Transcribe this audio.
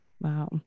Wow